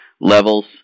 levels